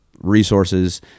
resources